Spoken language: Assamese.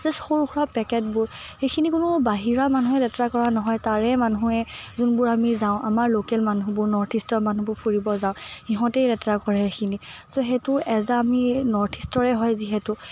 জাষ্ট সৰু সুৰা পেকেটবোৰ সেইখিনি কোনো বাহিৰা মানুহে লেতেৰা কৰা নহয় তাৰে মানুহে যোনবোৰ আমি যাওঁ আমাৰ লোকেল মানুহবোৰ নৰ্থ ইষ্টৰ মানুহবোৰ ফুৰিব যাওঁ সিহঁতেই লেতেৰা কৰে সেইখিনি ছ' সেইটো এজ এ আমি নৰ্থ ইষ্টৰে হয় যিহেতু